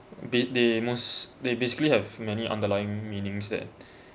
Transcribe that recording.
be the most they basically have many underlying meanings that